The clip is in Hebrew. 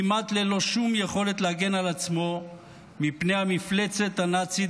כמעט ללא שום יכולת להגן על עצמו מפני המפלצת הנאצית